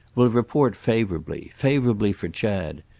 will report favourably favourably for chad.